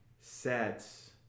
sets